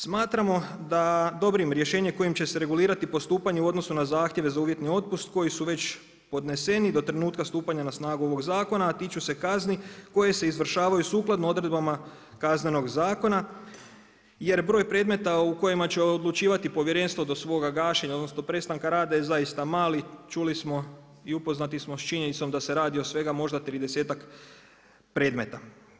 Smatramo da dobrim rješenjem kojim će se regulirati postupanje u odnosu na zahtjeve za uvjetni otpust koji su već odneseni do trenutka stupanja na snagu ovog zakona, a tiču se kazni koje se izvršavaju sukladno odredbama Kaznenog zakona jer broj predmeta u kojima će odlučivati povjerenstvo do svoga gašenja odnosno prestanka rada je zaista mali, čuli smo i upoznati smo s činjenicom da se radi o svega možda tridesetak predmeta.